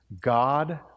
God